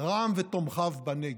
רע"מ ותומכיו בנגב?